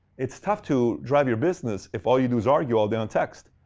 it's tough to drive your business if all you do is argue all day on text.